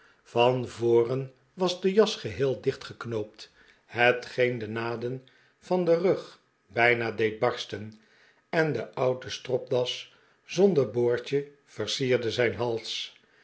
van voren was de jas geheel diehtgeknoopt hetgeen de naden van den rug bijna deed barsten en een oude stropdas zonder boordje versierde zijn hals